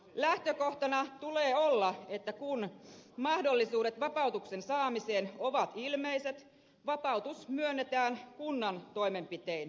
lähtökohtana tulee olla että kun mahdollisuudet vapautuksen saamiseen ovat ilmeiset vapautus myönnetään kunnan toimenpitein